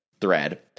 thread